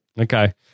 Okay